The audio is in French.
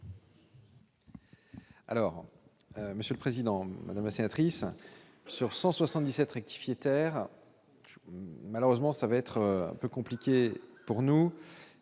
Alors Monsieur le Président, Madame la sénatrice, sur 177 rectifier terre malheureusement, ça va être un peu compliqué pour nous,